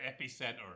epicenter